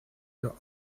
your